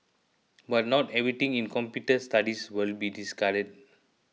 but not everything in computer studies will be discarded